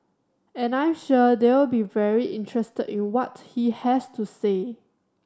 and I'm sure they'll be very interested in what he has to say